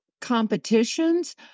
competitions